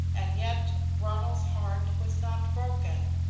and yet ronald's heart was not broken,